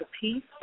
peace